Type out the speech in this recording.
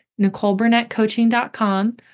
nicoleburnettcoaching.com